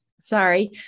Sorry